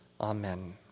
Amen